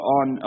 on